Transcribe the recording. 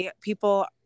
people